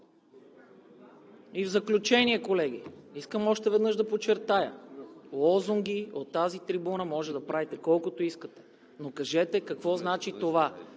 В заключение, колеги, искам още веднъж да подчертая – лозунги от тази трибуна може да правите колкото искате, но кажете какво значи това.